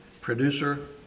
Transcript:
producer